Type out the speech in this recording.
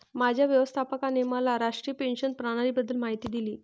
माझ्या व्यवस्थापकाने मला राष्ट्रीय पेन्शन प्रणालीबद्दल माहिती दिली